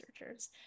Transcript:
researchers